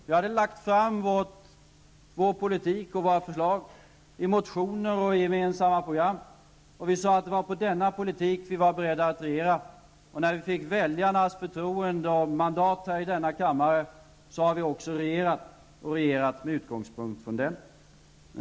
Vi hade lagt fram vår politik och våra förslag i motioner och i gemensamma program, och vi sade att det var på denna politik vi var beredda att regera. När vi fick väljarnas förtroende och mandat här i denna kammare har vi också regerat med utgångspunkt i denna politik.